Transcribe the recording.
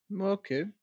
Okay